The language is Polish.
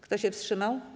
Kto się wstrzymał?